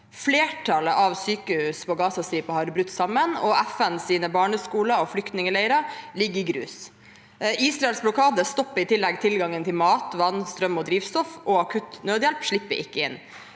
Flertallet av sykehusene på Gazastripen har brutt sammen, og FNs barneskoler og flyktningleirer ligger i grus. Israels blokade stopper i tillegg tilgangen til mat, vann, strøm og drivstoff, og akutt nødhjelp slipper ikke inn.